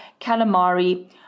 calamari